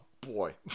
Boy